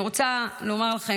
אני רוצה לומר לכם,